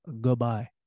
goodbye